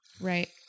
Right